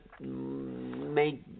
make